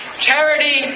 Charity